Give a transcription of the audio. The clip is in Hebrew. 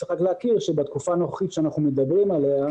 צריך רק להכיר שבתקופה הנוכחית שאנחנו מדברים עליה,